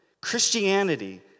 Christianity